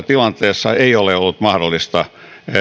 tilanteessa ei ole ollut mahdollista